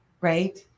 right